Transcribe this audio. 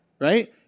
Right